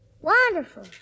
Wonderful